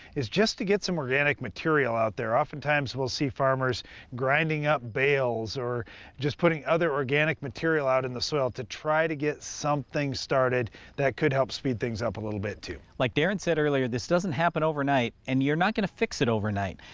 is just to get some organic material out there. oftentimes we'll see farmers grinding up bales or just putting other organic material out in the soil to try to get something started that could help speed things up a little bit, too. b like darren said earlier, this doesn't happen overnight, and you're not going to fix it overnight.